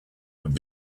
would